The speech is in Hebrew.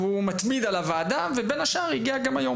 והיה בדיונים קודמים וגם היום.